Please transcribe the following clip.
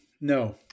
No